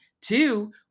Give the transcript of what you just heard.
Two